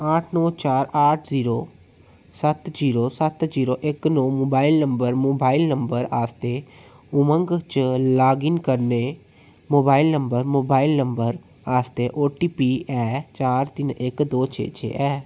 आठ नो चार आठ जीरो सत्त जीरो सत्त जीरो इक नो मोबाइल नंबर मोबाइल नंबर आस्तै उमंग च लाग इन करने मोबाइल नंबर मोबाइल नंबर आस्तै ओटीपी ऐ चार तिन इक दो छे छे ऐ